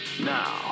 Now